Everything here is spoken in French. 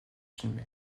filmé